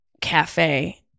Cafe